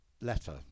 letter